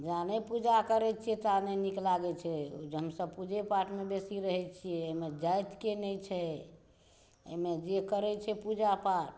जा नहि पूजा करै छियै ता नहि नीक लागै छै ओ जे हम सभ पूजे पाठमे बेसी रहै छियै एहिमे जातिके नहि छै एहिमे जे करै छै पूजा पाठ